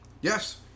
Yes